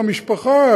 למשפחה,